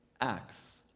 Acts